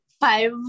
five